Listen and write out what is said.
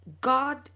God